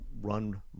run